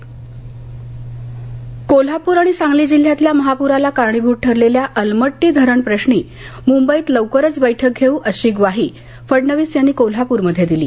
महाजनादेश Kolhapur आणि सांगली जिल्हयातल्या महापूराला कारणीभूत ठरणाऱ्या अलमट्टी धरण प्रश्नी मुंबईत लवकरच बैठक घेवू अशी ग्वाही फडणवीस यांनी कोल्हापूरमध्ये दिली